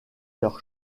leur